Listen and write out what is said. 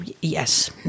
yes